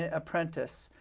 ah apprentice,